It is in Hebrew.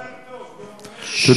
מגיע לו מזל טוב, זה יום ההולדת שלו.